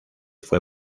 fue